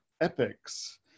epics